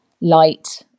light